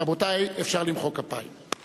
רבותי, אפשר למחוא כפיים.